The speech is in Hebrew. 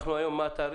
אנחנו עכשיו ב-18